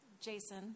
Jason